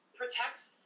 protects